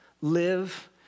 live